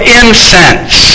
incense